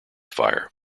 fire